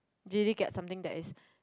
really get something that is